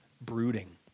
brooding